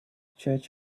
church